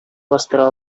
бастыра